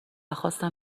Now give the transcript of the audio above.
خواستم